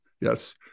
yes